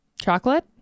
Chocolate